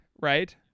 Right